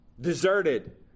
deserted